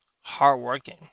hard-working